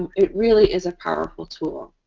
it really is a powerful tool.